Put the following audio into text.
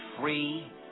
free